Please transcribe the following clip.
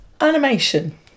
Animation